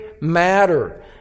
matter